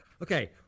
Okay